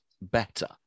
better